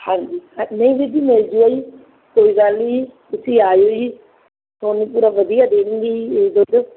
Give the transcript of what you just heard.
ਹਾਂਜੀ ਅ ਨਹੀਂ ਵੀਰ ਜੀ ਮਿਲਦੇ ਆ ਜੀ ਕੋਈ ਗੱਲ ਨਹੀਂ ਤੁਸੀਂ ਆ ਜਾਉ ਜੀ ਤੁਹਾਨੂੰ ਪੂਰਾ ਵਧੀਆ ਦੇ ਦਿੰਦੇ ਹੈ ਜੀ ਇਹ ਦੁੱਧ